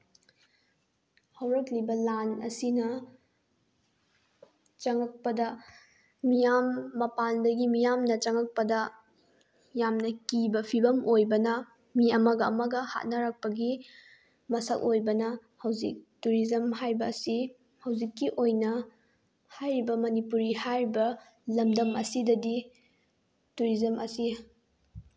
ꯍꯧꯔꯛꯂꯤꯕ ꯂꯥꯟ ꯑꯁꯤꯅ ꯆꯪꯉꯛꯄꯗ ꯃꯤꯌꯥꯝ ꯃꯄꯥꯟꯗꯒꯤ ꯃꯤꯌꯥꯝꯅ ꯆꯪꯉꯛꯄꯗ ꯌꯥꯝꯅ ꯀꯤꯕ ꯐꯤꯕꯝ ꯑꯣꯏꯕꯅ ꯃꯤ ꯑꯃꯒ ꯑꯃꯒ ꯍꯥꯠꯅꯔꯛꯄꯒꯤ ꯃꯁꯛ ꯑꯣꯏꯕꯅ ꯍꯧꯖꯤꯛ ꯇꯨꯔꯤꯖꯝ ꯍꯥꯏꯕ ꯑꯁꯤ ꯍꯧꯖꯤꯛꯀꯤ ꯑꯣꯏꯅ ꯍꯥꯏꯔꯤꯕ ꯃꯅꯤꯄꯨꯔꯤ ꯍꯥꯏꯔꯤꯕ ꯂꯝꯗꯝ ꯑꯁꯤꯗꯗꯤ ꯇꯨꯔꯤꯖꯝ ꯑꯁꯤ